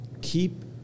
keep